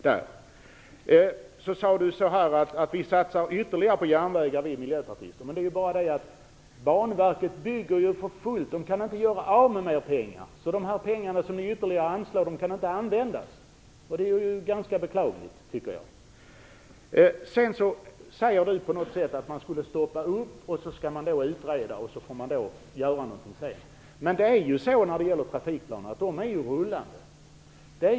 Elisa Abascal Reyes sade att miljöpartisterna satsar ytterligare på järnvägar. Det är bara det att Banverket bygger för fullt. Man kan inte göra av med mer pengar. De ytterligare pengar som ni anslår kan inte användas. Det är ganska beklagligt. Elisa Abascal Reyes säger att man skall stoppa upp, utreda och sedan göra någonting. Men trafikplanerna är ju rullande.